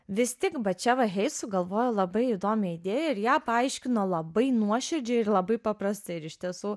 vis tik va čia va hei sugalvojo labai įdomią idėją ir ją paaiškino labai nuoširdžiai ir labai paprastai ir iš tiesų